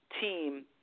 team